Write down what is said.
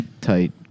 Tight